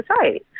society